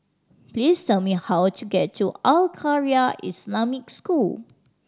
please tell me how to get to Al Khairiah Islamic School